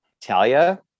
Talia